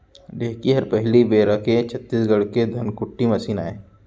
ढेंकी हर पहिली बेरा के छत्तीसगढ़ के धनकुट्टी मसीन आय